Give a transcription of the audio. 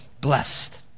blessed